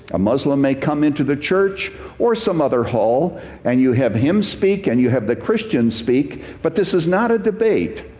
a muslim may come into the church or some other hall and you have him speak and you have the christians speak, but this is not a debate.